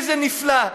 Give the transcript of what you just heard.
כמה נפלא.